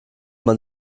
man